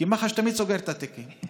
כי מח"ש תמיד סוגרת את התיקים.